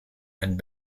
and